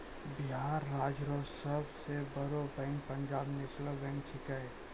बिहार राज्य रो सब से बड़ो बैंक पंजाब नेशनल बैंक छैकै